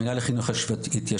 המינהל לחינוך התיישבותי,